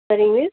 சரி மிஸ்